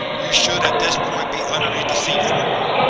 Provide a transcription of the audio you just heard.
you should at this point be underneath the sea floor.